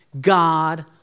God